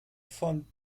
von